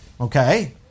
Okay